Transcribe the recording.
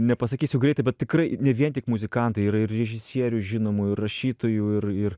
nepasakysiu greitai bet tikrai ne vien tik muzikantai yra ir režisierių žinomų ir rašytojų ir ir